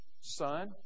Son